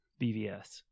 bvs